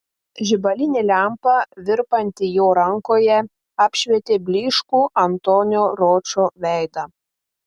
žibalinė lempa virpanti jo rankoje apšvietė blyškų antonio ročo veidą